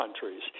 countries